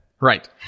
Right